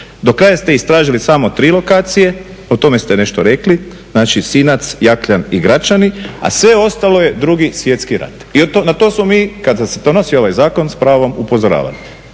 Do kraja ste istražili samo 3 lokacije, o tome ste nešto rekli, znači Sinac, Jaklanj i Gračani, a sve ostalo je II. Svjetski rat i na to smo mi, kada se donosio ovaj zakon, s pravom upozoravali.